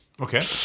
Okay